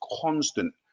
constant